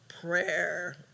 prayer